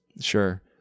Sure